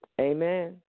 Amen